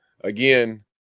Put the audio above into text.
again